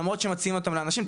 למרות שמציעים אותם לאנשים,